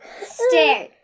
Stare